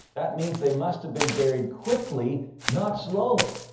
that means they must have been buried quickly, not slowly.